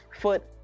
foot